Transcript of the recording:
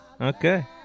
Okay